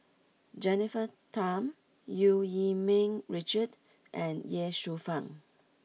Jennifer Tham Eu Yee Ming Richard and Ye Shufang